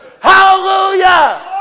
hallelujah